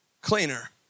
Cleaner